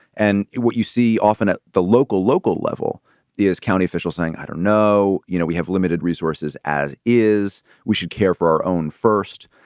and what you see often at the local, local level is county officials saying, i don't know. you know, we have limited resources, as is we should care for our own first.